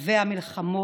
שבע מלחמות,